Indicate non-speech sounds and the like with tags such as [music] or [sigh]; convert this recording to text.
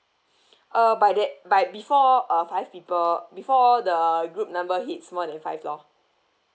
[breath] uh by that by before uh five people before the group number hits more than five lor